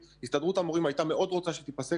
הסתדרות המורים הייתה מאוד רוצה שתיפסק